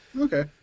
Okay